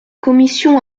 commission